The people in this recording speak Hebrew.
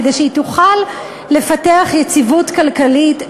כדי שהיא תוכל לפתח יציבות כלכלית,